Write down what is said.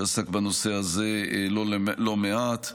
שעסק בנושא הזה לא מעט,